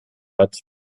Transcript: hat